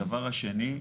הדבר השני,